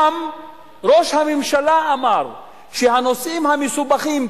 גם ראש הממשלה אמר שהנושאים המסובכים,